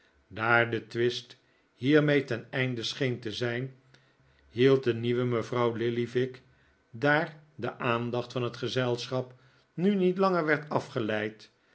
daar de twist hiermee ten einde scheen te zijn hield de nieuwe mevrouw lillyvick daar de aandacht van het gezelschap nu niet langer werd afgeleid